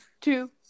two